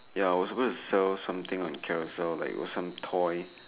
ya I was gonna sell something on Carousell like some toy